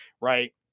right